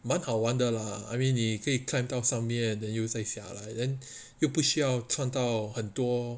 蛮好玩的 lah I mean 你可以 climb 到上面 then 又再下来人 then 又不需要穿到很多